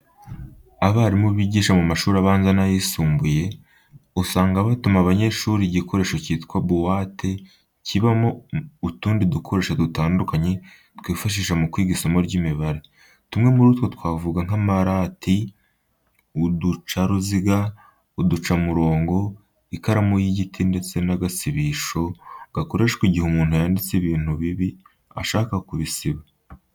Abarimu bigisha mu mashuri abanza n'ayisumbuye, usanga batuma abanyeshuri igikoresho cyitwa buwate kibamo utundi dukoresho dutandukanye twifashishwa mu kwiga isomo ry'imibare. Tumwe muri two twavuga nk'amarati, uducaruziga, uducamurongo, ikaramu y'igiti ndetse n'agasibisho gakoreshwa igihe umuntu yanditse ibintu bibi ashaka kubisiba.